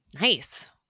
Nice